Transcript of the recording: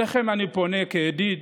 אליכם אני פונה כידיד,